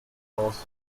lawsuits